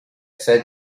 said